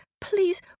please